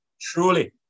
Truly